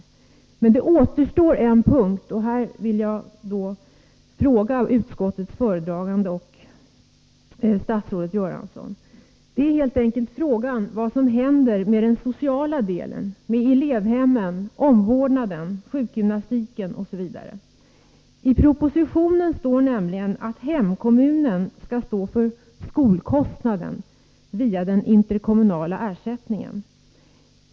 Men en punkt återstår, och där vill jag ställa en fråga till utskottets föredragande och statsrådet Göransson: Vad händer med den sociala delen — med elevhemmen, omvårdnaden, sjukgymnastiken osv.? I propositionen sägs det nämligen att hemkommunen skall stå för skolkostnaden via den interkommunala ersättningen.